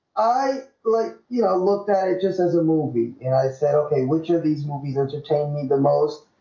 i? like, you know looked at it just as a movie and i say okay, which of these movies entertaining the the most?